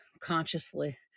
consciously